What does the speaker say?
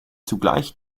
zugleich